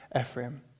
Ephraim